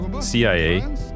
CIA